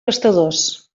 gastadors